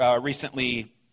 recently